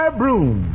broom